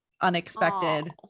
unexpected